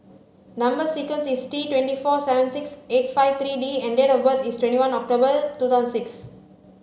number sequence is T twenty four seven six eight five three D and date of birth is twenty one October two thousand six